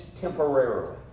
temporarily